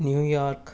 New York